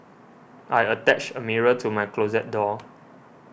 I attached a mirror to my closet door